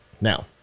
Now